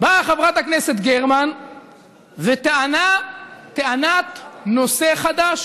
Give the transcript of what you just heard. באה חברת הכנסת גרמן וטענה טענת נושא חדש.